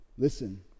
Listen